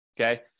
okay